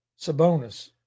Sabonis